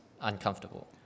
uncomfortable